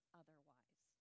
otherwise